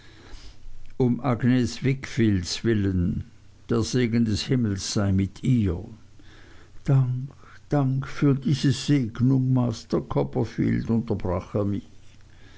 um agnes wickfields willen der segen des himmels sei mit ihr dank dank für diese segnung master copperfield unterbrach er mich